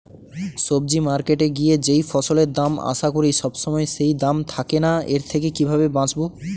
সবজি মার্কেটে গিয়ে যেই ফসলের দাম আশা করি সবসময় সেই দাম থাকে না এর থেকে কিভাবে বাঁচাবো?